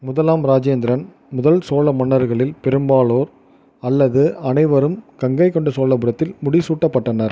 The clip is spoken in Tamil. முதலாம் ராஜேந்திரன் முதல் சோழ மன்னர்களில் பெரும்பாலோர் அல்லது அனைவரும் கங்கைகொண்ட சோழபுரத்தில் முடிசூட்டப்பட்டனர்